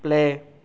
play